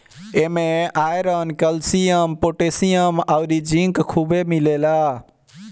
इमे iron, calcium, potassium अउरी zinc खुबे मिलेला